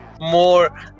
more